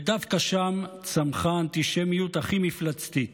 ודווקא שם צמחה האנטישמיות הכי מפלצתית.